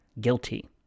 guilty